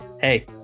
Hey